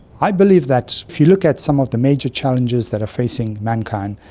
i believe that if you look at some of the major challenges that are facing mankind,